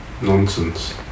nonsense